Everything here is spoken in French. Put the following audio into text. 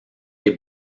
les